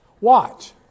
Watch